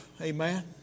amen